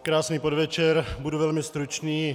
Krásný podvečer. Budu velmi stručný.